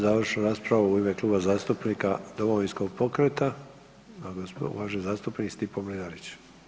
Završnu raspravu u ime Kluba zastupnika Domovinskog pokreta ima uvaženi zastupnik Stipo Mlinarić.